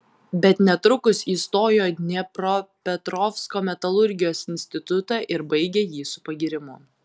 bet netrukus įstojo į dniepropetrovsko metalurgijos institutą ir baigė jį su pagyrimu